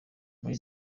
muri